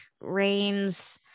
rains